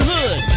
Hood